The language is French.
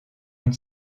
une